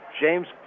James